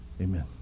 Amen